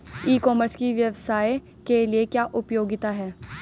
ई commerce की व्यवसाय के लिए क्या उपयोगिता है?